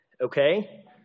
okay